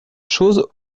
chose